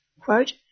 quote